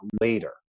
later